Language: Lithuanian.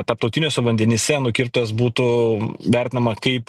tarptautiniuose vandenyse nukirptas būtų vertinama kaip